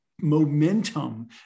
momentum